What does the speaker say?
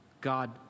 God